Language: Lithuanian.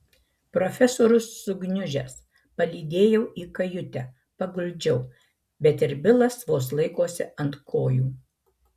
profesorius sugniužęs palydėjau į kajutę paguldžiau bet ir bilas vos laikosi ant kojų